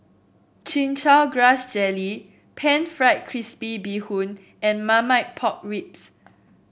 Chin Chow Grass Jelly pan fried crispy Bee Hoon and Marmite Pork Ribs